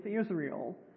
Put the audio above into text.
Israel